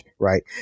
right